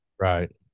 Right